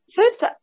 first